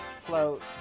float